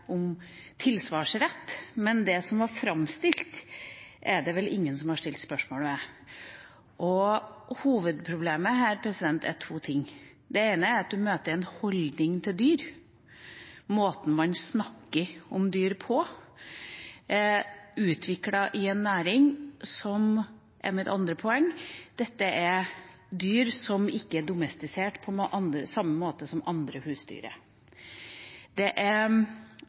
om tilsvarsrett, men det som ble framstilt, er det vel ingen som har stilt spørsmål ved. Hovedproblemet her er to ting. Det ene er at man møter en holdning til dyr, måten man snakker om dyr på, utviklet i en næring der – det er mitt andre poeng – dyr ikke er domestisert på samme måte som andre husdyr er.